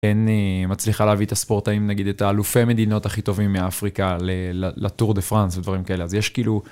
כן, מצליחה להביא את הספורטאים, נגיד את האלופי המדינות הכי טובים מאפריקה, לטור דה פראנס ודברים כאלה, אז יש כאילו...